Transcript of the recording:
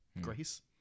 Grace